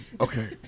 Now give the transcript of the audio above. okay